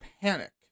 panic